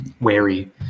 wary